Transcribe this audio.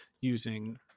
using